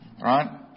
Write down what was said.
right